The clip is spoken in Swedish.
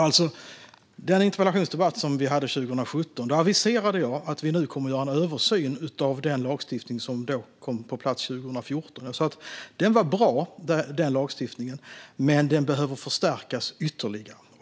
Vid den interpellationsdebatt som vi hade om det här 2017 aviserade jag att vi skulle göra en översyn av den lagstiftning som kom på plats 2014. Jag sa att den lagstiftningen var bra men att den behövde förstärkas ytterligare.